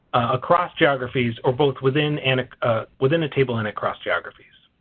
across geographies or both within and ah within a table and across geographies.